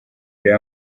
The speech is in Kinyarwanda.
urebe